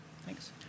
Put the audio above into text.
Thanks